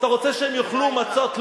אתה רוצה שהם יאכלו מצות?